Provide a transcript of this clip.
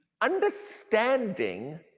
understanding